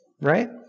right